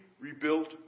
rebuilt